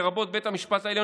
לרבות בית המשפט העליון,